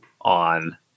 on